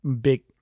big